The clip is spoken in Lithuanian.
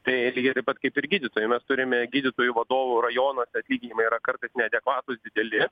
tai lygiai taip pat kaip ir gydytojai mes turime gydytojų vadovų rajonuose atlyginimai yra kartais neadekvatūs dideli